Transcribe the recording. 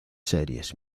series